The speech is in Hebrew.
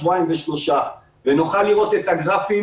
שבועיים ושלושה ונוכל לראות את הגרפים